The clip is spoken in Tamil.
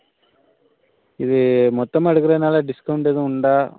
இது மொத்தமாக எடுக்கிறதுனால டிஸ்கவுண்ட் எதுவும் உண்டா